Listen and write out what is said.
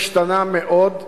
השתנה מאוד לרעה.